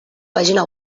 pàgina